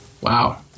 Wow